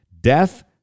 Death